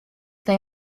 they